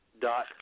dot